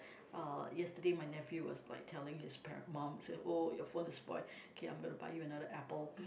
uh yesterday my nephew was like telling his par~ mum say oh your phone is spoil K I'm gonna buy you another Apple